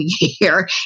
year